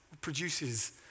produces